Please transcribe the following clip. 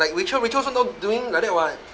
like rachel rachel also no doing like that [what]